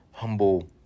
humble